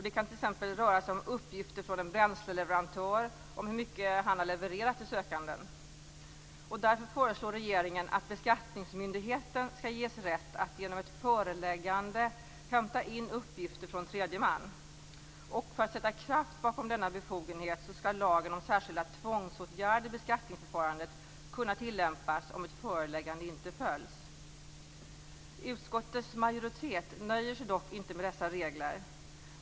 Det kan t.ex. röra sig om uppgifter från en bränsleleverantör om hur mycket denne levererat till sökanden. Därför föreslår regeringen att beskattningsmyndigheten ges rätt att genom ett föreläggande hämta in uppgifter från tredje man. För att sätta kraft bakom denna befogenhet skall lagen om särskilda tvångsåtgärder i beskattningsförfarandet kunna tillämpas om ett föreläggande inte följs. Utskottets majoritet nöjer sig dock inte med dessa regler.